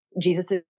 Jesus